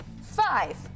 Five